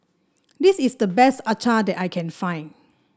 this is the best acar that I can find